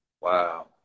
Wow